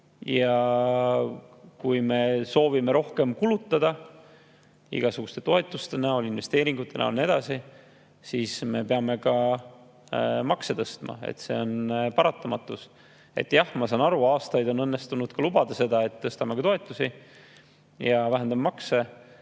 Kui me soovime rohkem kulutada igasuguste toetuste näol, investeeringute näol ja nii edasi, siis me peame ka makse tõstma. See on paratamatus. Jah, ma saan aru, et aastaid on õnnestunud lubada ka seda, et tõstame toetusi ja vähendame makse,